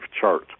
chart